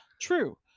true